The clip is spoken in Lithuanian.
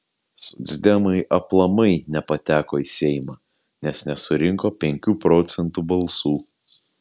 socdemai aplamai nepateko į seimą nes nesurinko penkių procentų balsų